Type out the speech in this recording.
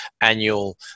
annual